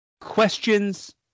questions